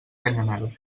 canyamel